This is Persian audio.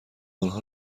آنها